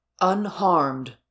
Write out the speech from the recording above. Unharmed